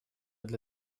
для